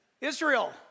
Israel